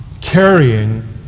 carrying